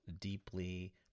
deeply